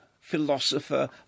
philosopher